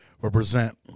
Represent